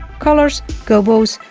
colors, gobos,